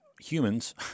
humans